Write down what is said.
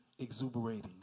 exuberating